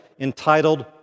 entitled